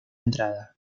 entrada